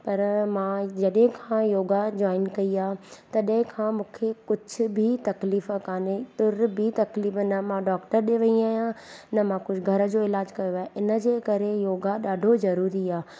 पर मां जॾहिं खां योगा जॉइन कई आहे तॾहिं खां मूंखे कुझु बि तकलीफ़ कोन्हे तुर बि तकलीफ़ न मां डॉक्टर ते वई आहियां न मां कुझु घर जो इलाजु कयो आहे इनजे करे योगा ॾाढो ज़रूरी आहे